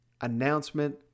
announcement